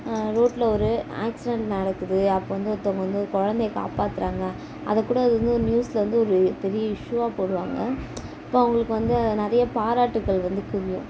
ரோட்டில் ஒரு ஆக்சிடென்ட் நடக்குது அப்போது வந்து ஒருத்தங்க வந்து குழந்தைய காப்பாற்றுறாங்க அது கூட அது வந்து நியூஸில் வந்து ஒரு பெரிய இஷ்யூவாக போடுவாங்க அப்போது அவங்களுக்கு வந்து அது நிறைய பாராட்டுகள் வந்து குவியும்